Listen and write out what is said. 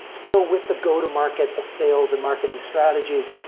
so, with the go-to market, the sales and marketing strategy,